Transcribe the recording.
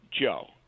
Joe